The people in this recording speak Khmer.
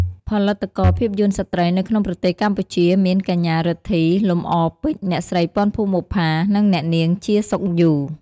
ផលិតករភាពយន្តស្ត្រីនៅក្នុងប្រទេសកម្ពុជាមាន កញ្ញា រិទ្ធី លំអរពេជ្រ អ្នកស្រី ពាន់ ភួងបុប្ផា និងអ្នកនាង ជា សុខយ៉ូ ។